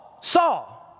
saw